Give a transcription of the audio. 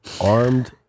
armed